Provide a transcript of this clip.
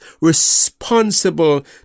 responsible